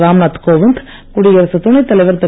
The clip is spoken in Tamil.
ராம்நாத் கோவிந்த் குடியரசு துணை தலைவர் திரு